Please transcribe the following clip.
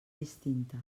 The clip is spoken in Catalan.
distinta